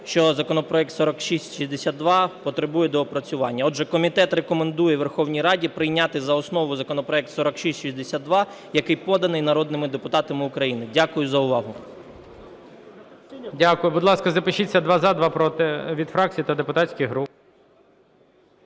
що законопроект 4662 потребує доопрацювання. Отже комітет рекомендує Верховній Раді прийняти за основу законопроект 4662, який поданий народними депутатами України. Дякую за увагу. ГОЛОВУЮЧИЙ. Дякую. Будь ласка, запишіться: два – за, два – проти, від фракцій та депутатських груп.